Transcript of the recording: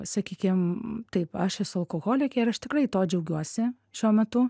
sakykim taip aš esu alkoholikė ir aš tikrai tuo džiaugiuosi šiuo metu